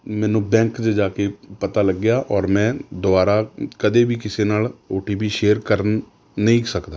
ਮੈਨੂੰ ਬੈਂਕ 'ਚ ਜਾ ਕੇ ਪਤਾ ਲੱਗਿਆ ਔਰ ਮੈਂ ਦੁਬਾਰਾ ਕਦੇ ਵੀ ਕਿਸੇ ਨਾਲ ਓ ਟੀ ਪੀ ਸ਼ੇਅਰ ਕਰ ਨਹੀਂ ਸਕਦਾ